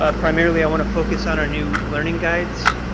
ah primarily, i want to focus on our new learning guides.